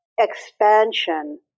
expansion